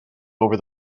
over